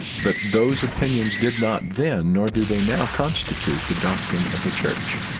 but those opinions did not then, nor do they now, constitute the doctrine of the church